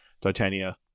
Titania